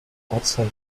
ortsteil